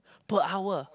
per hour